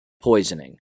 poisoning